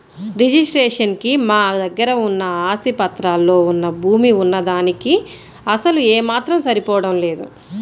registration కి మా దగ్గర ఉన్న ఆస్తి పత్రాల్లో వున్న భూమి వున్న దానికీ అసలు ఏమాత్రం సరిపోడం లేదు